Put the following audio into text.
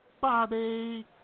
Bobby